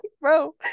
bro